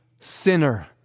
sinner